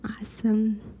Awesome